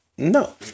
No